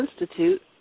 Institute